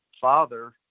father